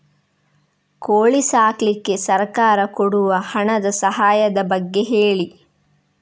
ಕೋಳಿ ಸಾಕ್ಲಿಕ್ಕೆ ಸರ್ಕಾರ ಕೊಡುವ ಹಣದ ಸಹಾಯದ ಬಗ್ಗೆ ಹೇಳಿ